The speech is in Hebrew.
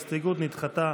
הסתייגות זו נדחתה.